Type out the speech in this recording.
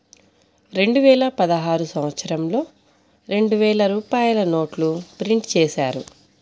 రెండువేల పదహారు సంవత్సరంలో రెండు వేల రూపాయల నోట్లు ప్రింటు చేశారు